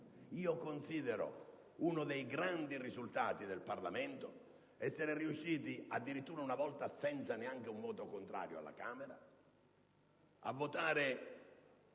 Io considero uno dei grandi risultati del Parlamento essere riusciti, addirittura una volta senza neanche un voto contrario alla Camera, a votare